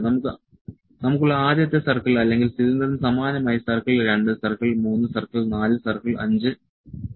നമുക്കുള്ള ആദ്യത്തെ സർക്കിൾ അല്ലെങ്കിൽ സിലിണ്ടറിന് സമാനമായി സർക്കിൾ 2 സർക്കിൾ 3 സർക്കിൾ 4 സർക്കിൾ 5 അതിനുള്ള ഡൈമെൻഷൻ